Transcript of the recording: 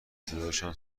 صدایشان